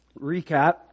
Recap